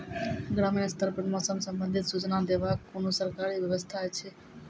ग्रामीण स्तर पर मौसम संबंधित सूचना देवाक कुनू सरकारी व्यवस्था ऐछि?